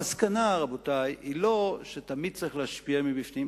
המסקנה, רבותי, היא לא שתמיד צריך להשפיע מבפנים.